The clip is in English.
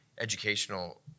educational